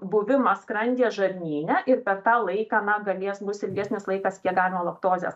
buvimą skrandyje žarnyne ir per tą laiką na galės bus ilgesnis laikas kiek galima laktozę